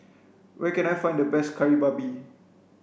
where can I find the best kari babi